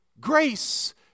grace